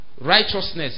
righteousness